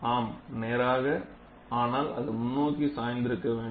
ஆம் நேராக ஆனால் அது முன்னோக்கி சாய்ந்திருக்க வேண்டும்